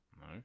No